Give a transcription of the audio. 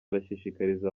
arashishikariza